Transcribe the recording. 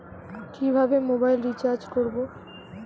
কিভাবে mobile recharge করব?